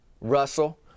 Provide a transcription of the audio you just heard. Russell